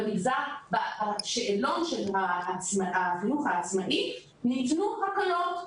בשאלון של החינוך העצמאי ניתנו הקלות,